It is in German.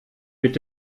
mit